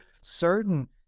certain